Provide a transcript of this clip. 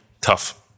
tough